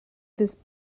this